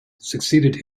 succeeded